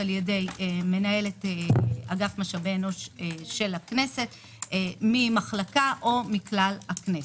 על-ידי מנהלת אגף משאבי אנוש של הכנסת ממחלקה או מכלל הכנסת.